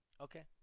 Okay